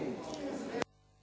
Hvala.